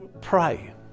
pray